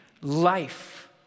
life